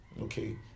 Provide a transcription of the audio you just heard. okay